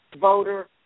voter